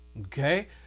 okay